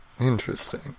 Interesting